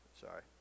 Sorry